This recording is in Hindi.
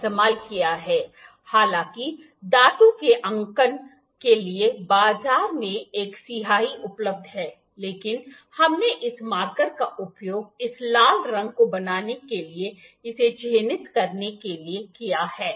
उस तरफ क्या चिह्नित करने के लिए हमने स्याही का इस्तेमाल किया है हालाँकि धातु के अंकन के लिए बाजार में एक स्याही उपलब्ध है लेकिन हमने इस मार्कर का उपयोग इस लाल रंग को बनाने के लिए इसे चिह्नित करने के लिए किया है